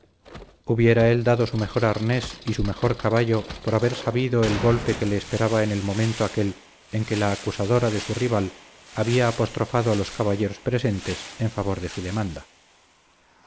hubiera él dado su mejor arnés y su mejor caballo por haber sabido el golpe que le esperaba en el momento aquél en que la acusadora de su rival había apostrofado a los caballeros presentes en favor de su demanda